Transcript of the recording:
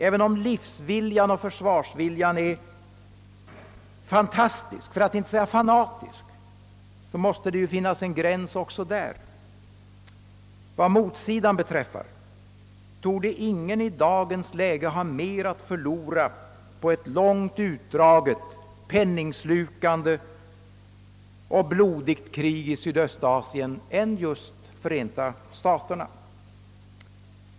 Även om livsviljan och försvarsviljan är fantastisk, för att inte säga fanatisk, måste det ju finnas en gräns också där. Vad motsidan beträffar torde ingen i dagens läge ha mer att förlora på ett långt utdraget, penningslukande och blodigt krig i' Sydöstasien än just Förenta staterna.